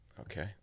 Okay